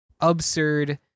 absurd